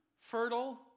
fertile